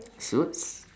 suits